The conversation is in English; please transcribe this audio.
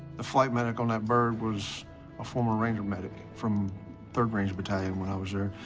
the flight medic on that bird was a former ranger medic from third ranger battalion when i was there.